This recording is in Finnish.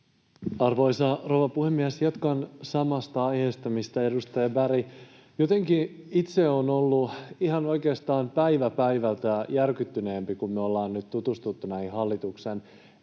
Arvoisa rouva puhemies! Jatkan samasta aiheesta, mistä edustaja Berg. Jotenkin itse olen ollut ihan oikeastaan päivä päivältä järkyttyneempi, kun me ollaan nyt tutustuttu näihin hallituksen